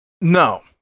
no